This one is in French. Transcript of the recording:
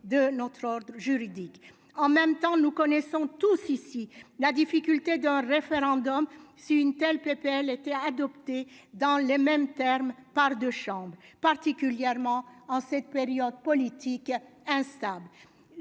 de notre ordre juridique en même temps, nous connaissons tous ici la difficulté d'un référendum, si une telle PPL était adopté dans les mêmes termes par deux chambres, particulièrement en cette période politique instable,